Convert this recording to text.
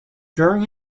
during